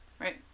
Right